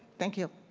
thank you.